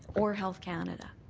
or health canada.